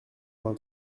vingt